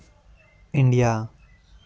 India